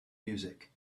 music